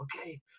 okay